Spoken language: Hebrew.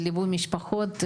בליווי משפחות,